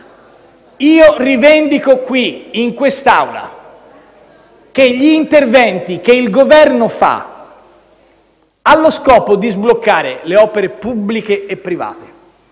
Io rivendico qui, in quest'Assemblea, gli interventi che il Governo fa allo scopo di sbloccare le opere pubbliche e private.